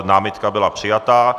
Námitka byla přijata.